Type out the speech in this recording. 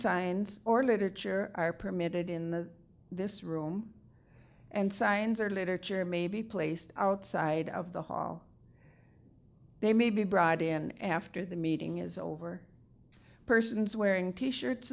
signs or literature are permitted in the this room and signs or literature may be placed outside of the hall they may be brought in after the meeting is over persons wearing t shirts